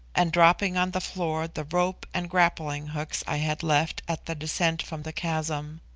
and dropping on the floor the rope and grappling-hooks i had left at the descent from the chasm.